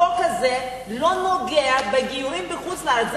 החוק הזה לא נוגע בגיורים בחוץ-לארץ.